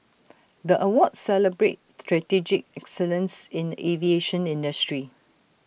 the awards celebrate strategic excellence in the aviation industry